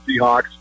Seahawks